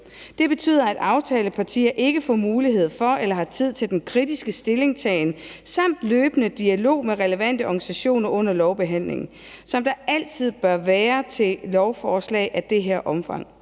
Det betyder, at aftalepartierne ikke får mulighed for eller har tid til den kritiske stillingtagen samt løbende dialog med relevante organisationer under lovbehandlingen, som der altid bør være i forbindelse med et lovforslag af det her omfang.